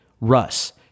Russ